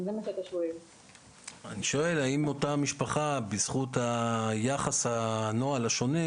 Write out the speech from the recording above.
אני שואל אם אותה משפחה בזכות יחס הנוהל השונה,